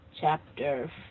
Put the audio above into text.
chapter